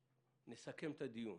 נסכם את הדיון